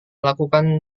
lakukan